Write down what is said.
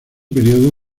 periodo